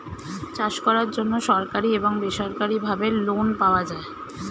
চাষ করার জন্য সরকারি এবং বেসরকারিভাবে লোন পাওয়া যায়